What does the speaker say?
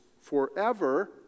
forever